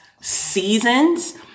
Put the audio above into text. seasons